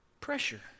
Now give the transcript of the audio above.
pressure